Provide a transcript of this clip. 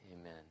Amen